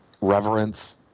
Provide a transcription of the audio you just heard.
reverence